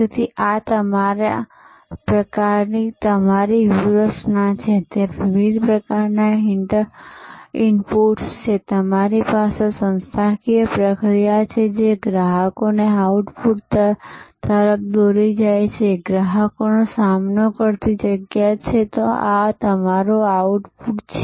તેથી આ તમારી પ્રકારની તમારી વ્યૂહરચના છે ત્યાં વિવિધ પ્રકારના ઇનપુટ્સ છે તમારી પાસે સંસ્થાકીય પ્રક્રિયા છે જે ગ્રાહકોને આઉટપુટ તરફ દોરી રહી છે આ ગ્રાહકનો સામનો કરતી જગ્યા છે આ તમારું આઉટપુટ છે